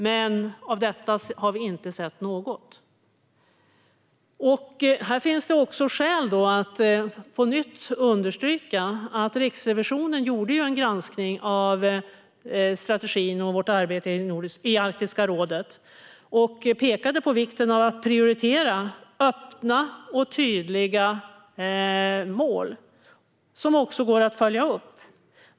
Men av detta har vi inte sett något. Här finns det också skäl att på nytt understryka att Riksrevisionen gjorde en granskning av strategin och vårt arbete i Arktiska rådet och pekade på vikten av att prioritera öppna och tydliga mål som går att följa upp.